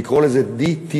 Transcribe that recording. לקרוא לזה "DTT",